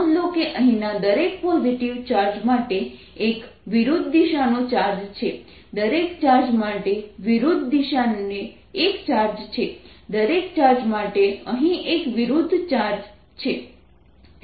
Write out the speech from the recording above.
નોંધો કે અહીંના દરેક પોઝીટીવ ચાર્જ માટે એક વિરુદ્ધ દિશાનો ચાર્જ છે દરેક ચાર્જ માટે વિરુદ્ધ દિશાએ એક ચાર્જ છે દરેક ચાર્જ માટે અહીં એક વિરુદ્ધ ચાર્જ છે